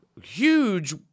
huge